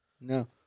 No